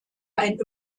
ein